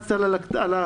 ושואל מה שלומו.